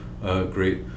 great